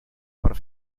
per